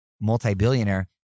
multi-billionaire